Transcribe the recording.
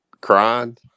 crying